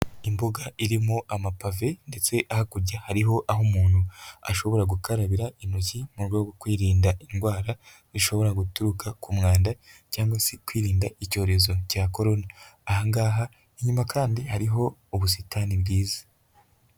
Imbuga irimo amapave ndetse hakurya hariho aho umuntu ashobora gukarabira intoki mu rwe rwo kwirinda indwara zishobora guturuka ku mwanda cyangwa se kwirinda icyorezo cya korona, aha ngaha inyuma kandi hariho ubusitani bwiza.